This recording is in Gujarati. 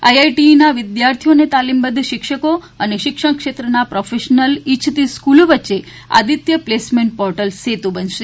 આઈઆઈટીઈના વિદ્યાર્થીઓ અને તાલીમબદ્ધ શિક્ષકો અને શિક્ષણ ક્ષેત્રના પ્રોફેશનલ્સ ઇચ્છતી સ્ફ્રલો વચ્ચે આદિત્ય પ્લેસમેન્ટ પોર્ટલ સેતુ બનશે